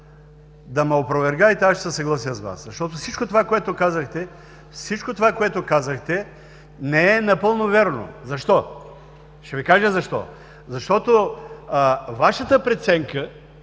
да ме опровергаете, ще се съглася с Вас. Защото всичко това, което казахте, не е напълно вярно. Защо? Ще Ви кажа защо. Защото Вашата преценка